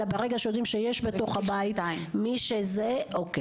אלא ברגע שיודעים שיש בתוך הבית שיש הלום קרב.